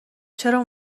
چرا